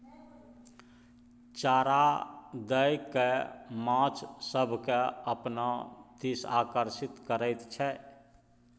चारा दए कय माछ सभकेँ अपना दिस आकर्षित करैत छै